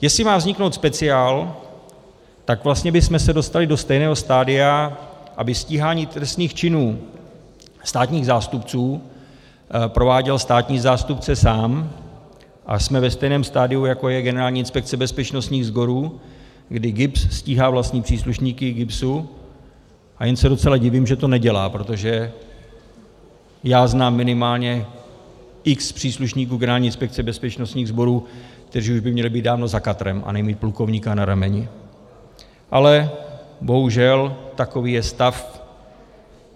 Jestli má vzniknout speciál, tak vlastně bychom se dostali do stejného stadia, aby stíhání trestných činů státních zástupců prováděl státní zástupce sám, a jsme ve stejném stadiu, jako je Generální inspekce bezpečnostních sborů, kdy GIBS stíhá vlastní příslušníky GIBSu, a jen se docela divím, že to nedělá, protože já znám minimálně x příslušníků Generální inspekce bezpečnostních sborů, kteří už by měli být dávno za katrem a nemít plukovníka na rameni, ale bohužel takový je stav